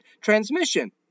transmission